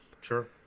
Sure